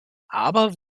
aber